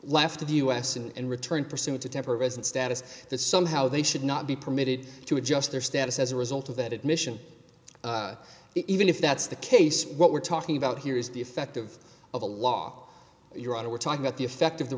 left of the u s and returned pursuant to tamper resident status that somehow they should not be permitted to adjust their status as a result of that admission even if that's the case what we're talking about here is the effect of a law your honor we're talking about the effect of the